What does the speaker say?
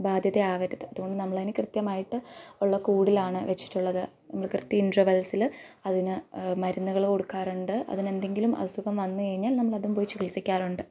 ബാധ്യത ആവരുത് അതുകൊണ്ട് നമ്മളതിന് കൃത്യമായിട്ട് ഉള്ള കൂടിലാണ് വച്ചിട്ടുള്ളത് നമ്മൾ കൃത്യ ഇൻറ്റെർവൽസിൽ അതിന് മരുന്നുകൾ കൊടുക്കാറുണ്ട് അതിന് എന്തെങ്കിലും അസുഖം വന്നുകഴിഞ്ഞാൽ നമ്മളതും പോയി ചികിൽസിക്കാറുണ്ട്